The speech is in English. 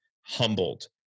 humbled